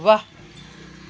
वाह